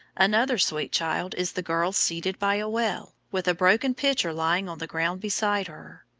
another sweet child is the girl seated by a well, with a broken pitcher lying on the ground beside her.